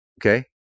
Okay